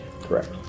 Correct